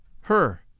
Her